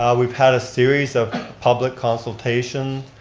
um we've had a series of public consultation.